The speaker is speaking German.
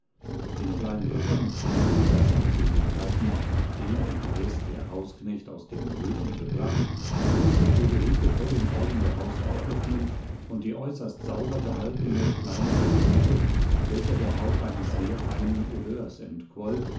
den kleinen koffer mit felicitas habseligkeiten den unterdes der hausknecht aus dem löwen gebracht mußte friederike vor den augen der hausfrau öffnen und die äußerst sauber gehaltene kleine garderobe welcher der hauch eines sehr feinen odeurs